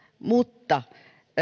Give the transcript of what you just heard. mutta